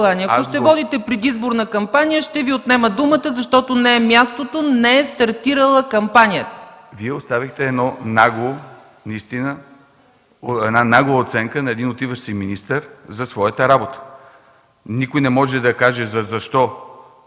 Вие оставихте една нагла оценка на един отиващ си министър за своята работа. Никой не може да каже защо